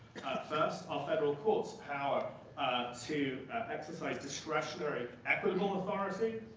first, our federal courts' power to exercise discretionary, equitable authority.